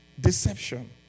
Deception